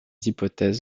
hypothèses